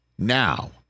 Now